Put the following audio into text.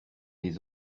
des